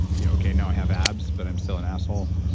yeah okay now i have abs, but i'm still an asshole,